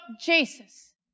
Jesus